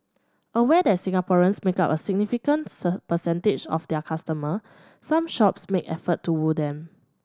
aware that Singaporeans make up a significant sir percentage of their customer some shops make effort to woo them